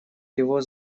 его